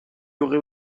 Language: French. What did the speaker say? aurait